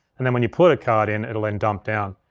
and then when you put a card in, it'll then dump down.